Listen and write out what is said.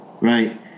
right